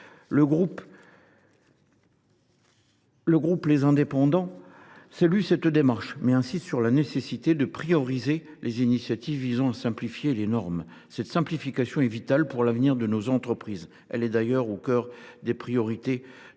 Le groupe Les Indépendants salue cette démarche, mais insiste sur la nécessité de prioriser les initiatives visant à simplifier les normes. Cette simplification est vitale pour l’avenir de nos entreprises. Elle est d’ailleurs au cœur des priorités de l’Union, comme le